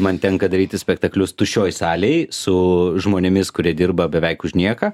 man tenka daryti spektaklius tuščioj salėje su žmonėmis kurie dirba beveik už nieką